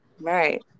Right